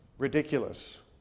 Ridiculous